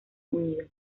unidos